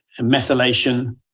methylation